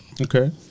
Okay